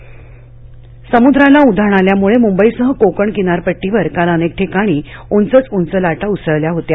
उधाण व्हॉईसकास्ट समुद्राला उधाण आल्यामुळे मुंबईसह कोकण किनारपट्टीवर काल अनेक ठिकाणी उंचच उंच लाटा उसळल्या होत्या